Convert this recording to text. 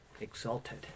exalted